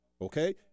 Okay